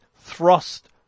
thrust